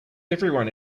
everyone